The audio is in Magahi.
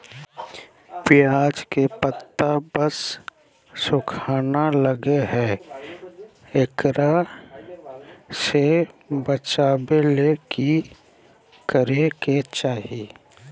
प्याज के पत्ता सब सुखना गेलै हैं, एकरा से बचाबे ले की करेके चाही?